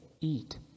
eat